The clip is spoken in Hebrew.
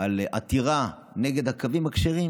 על עתירה נגד הקווים הכשרים,